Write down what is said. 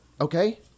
Okay